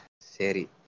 Seri